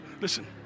listen